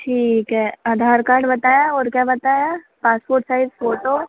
ठीक है आधार कार्ड बताया और क्या बताया पासपोर्ट साइज़ फ़ोटो